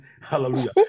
Hallelujah